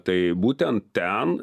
tai būtent ten